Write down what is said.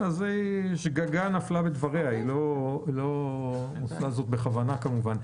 שגגה נפלה בדבריה, לא בכוונה כמובן.